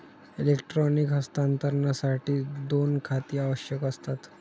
electronic हस्तांतरणासाठी दोन खाती आवश्यक असतात